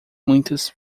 muitas